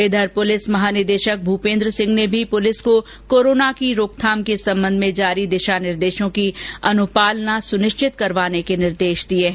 इधर पुलिस महानिदेशक भूपेन्द्र सिंह ने भी पुलिस को कोरोना की रोकथाम के सम्बन्ध में जारी दिशा निर्देशों की अनुपालना सुनिश्चित करवाने के निर्देश दिये हैं